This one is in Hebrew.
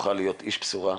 נוכל להיות אנשי בשורה.